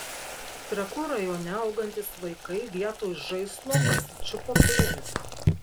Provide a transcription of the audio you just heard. trakų rajone augantys vaikai vietoj žaislo pasičiupo peilį